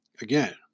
again